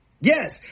Yes